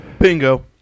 Bingo